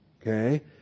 okay